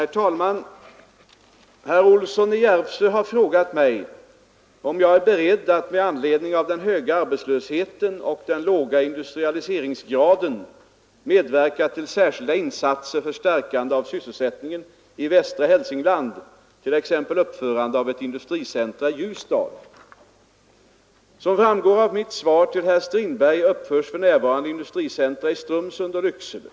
Herr talman! Herr Olsson i Järvsö har frågat mig om jag är beredd att, med anledning av den höga arbetslösheten och den låga industrialiseringsgraden, medverka till särskilda insatser för stärkande av sysselsättningen i västra Hälsingland, t.ex. uppförande av ett industricentrum i Ljusdal. Som framgår av mitt svar till herr Strindberg uppförs för närvarande industricentra i Strömsund och Lycksele.